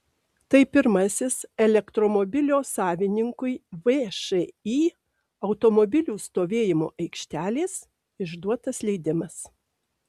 tai pirmasis elektromobilio savininkui všį automobilių stovėjimo aikštelės išduotas leidimas